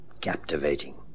Captivating